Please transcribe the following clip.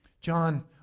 John